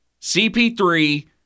CP3